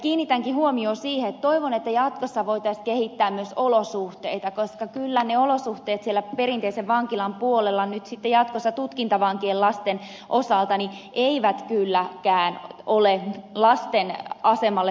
kiinnitänkin huomiota siihen ja toivon että jatkossa voitaisiin kehittää myös olosuhteita koska eivät ne olosuhteet siellä perinteisen vankilan puolella nyt sitten jatkossa tutkintavankien lasten osalta kylläkään ole lasten asemalle sopivia